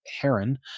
heron